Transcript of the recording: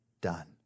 done